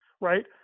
Right